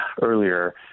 earlier